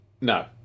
No